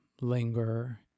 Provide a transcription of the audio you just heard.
linger